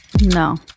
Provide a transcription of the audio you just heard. no